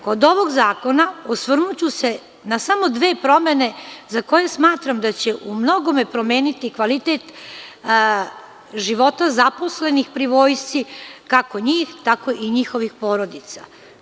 Kod ovog zakona osvrnuću se na samo dve promene za koje smatram da će u mnogome promeniti kvalitet života zaposlenih pri vojsci, kako njih, tako i njihovih porodica.